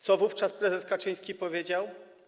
Co wówczas prezes Kaczyński powiedział?